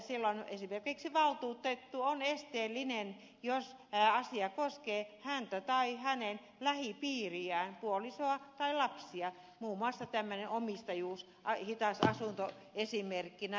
siellä esimerkiksi valtuutettu on esteellinen jos asia koskee häntä tai hänen lähipiiriään puolisoa tai lapsia muun muassa tämmöinen omistajuus hitasasunto esimerkkinä